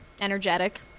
Energetic